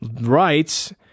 rights